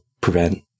prevent